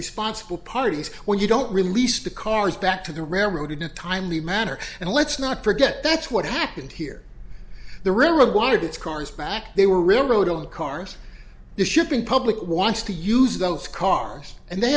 responsible parties when you don't release the cars back to the railroad in a timely manner and let's not forget that's what happened here the river water gets cars back they were real road on cars the shipping public wants to use those cars and they